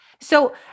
So-